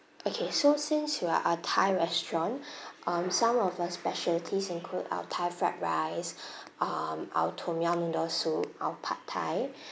okay so since we are a thai restaurant um some of our specialities include our thai fried rice um our tom yum noodle soup our pad thai